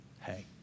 Hey